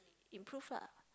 improve lah